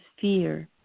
fear